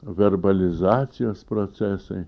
verbalizacijos procesai